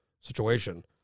situation